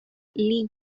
lee